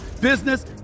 business